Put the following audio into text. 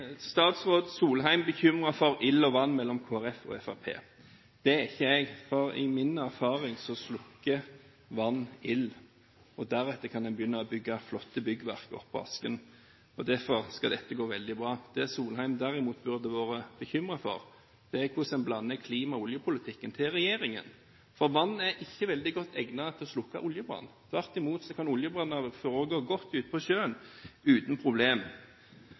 ikke jeg, for etter det jeg erfarer, slukker vann ild, og deretter kan en begynne å bygge flotte byggverk opp av asken. Derfor skal dette gå veldig bra. Det Solheim derimot burde vært bekymret for, er hvordan en blander klimapolitikken og oljepolitikken til regjeringen, for vann er ikke veldig godt egnet til å slukke oljebrann. Tvert imot kan oljebranner forøke godt ute på sjøen, uten